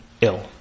ill